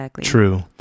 true